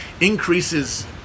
increases